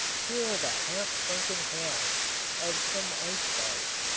here are the half-sunken halves of some ice-barge,